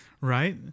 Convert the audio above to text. Right